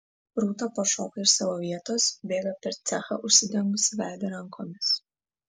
rūta pašoka iš savo vietos bėga per cechą užsidengusi veidą rankomis